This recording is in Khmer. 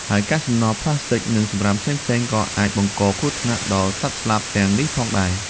ហើយកាកសំណល់ប្លាស្ទិក និងសំរាមផ្សេងៗក៏អាចបង្កគ្រោះថ្នាក់ដល់សត្វស្លាបទាំងនេះផងដែរ។